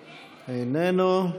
איננו.